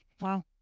wow